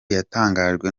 yatangajwe